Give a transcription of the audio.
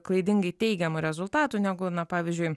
klaidingai teigiamų rezultatų negu pavyzdžiui